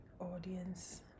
audience